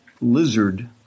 lizard